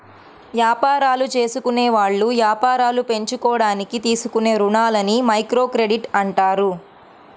యాపారాలు జేసుకునేవాళ్ళు యాపారాలు పెంచుకోడానికి తీసుకునే రుణాలని మైక్రోక్రెడిట్ అంటారు